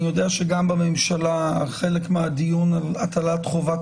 אני יודע שגם בממשלה חלק מהדיון על הטלת חובת